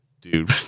dude